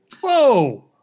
Whoa